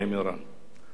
הגנת העורף